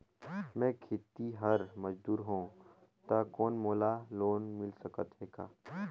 मैं खेतिहर मजदूर हों ता कौन मोला लोन मिल सकत हे का?